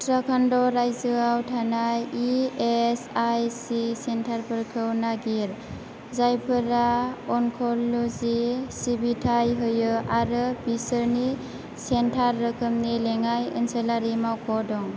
उत्तराखन्ड रायजोयाव थानाय E S I C सेन्टारफोरखौ नागिर जायफोरा अनक'ल'जि सिबिथाय होयो आरो बिसोरनि सेन्टार रोखोमनि लेङाइ ओनसोलारि मावख' दं